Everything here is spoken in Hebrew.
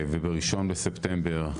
ובאחד בספטמבר,